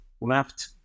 left